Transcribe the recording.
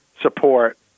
support